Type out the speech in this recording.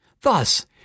Thus